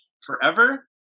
forever